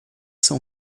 são